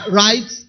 right